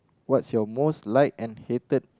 what's your most like and hated